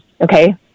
okay